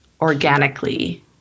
organically